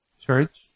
church